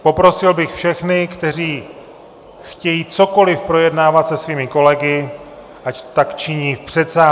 Poprosil bych všechny, kteří chtějí cokoliv projednávat se svými kolegy, ať tak činí v předsálí.